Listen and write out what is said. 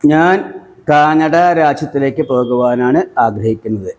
ഞാൻ കാനഡ രാജ്യത്തിലേക്ക് പോകുവാനാണ് ആഗ്രഹിക്കുന്നത്